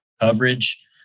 coverage